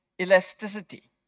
elasticity